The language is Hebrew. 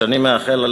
ואני מאחל לה,